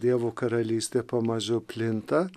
dievo karalystė pamažu plinta